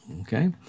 Okay